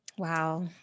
Wow